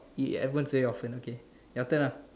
ya everyone say it often okay your turn ah